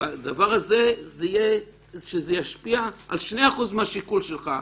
שבדבר הזה זה ישפיע על 2% מהשיקול שלך.